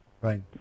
Right